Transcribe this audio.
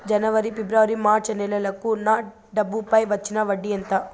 జనవరి, ఫిబ్రవరి, మార్చ్ నెలలకు నా డబ్బుపై వచ్చిన వడ్డీ ఎంత